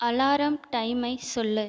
alarm டைமை சொல்